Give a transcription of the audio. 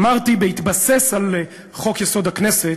אמרתי בהתבסס על חוק-יסוד: הכנסת,